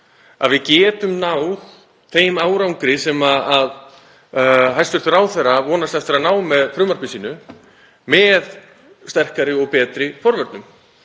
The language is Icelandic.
að við getum náð þeim árangri sem hæstv. ráðherra vonast eftir að ná með frumvarpi sínu með sterkari og betri forvörnum.